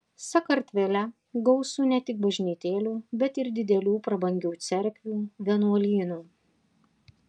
sakartvele gausu ne tik bažnytėlių bet ir didelių prabangių cerkvių vienuolynų